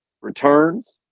returns